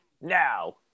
Now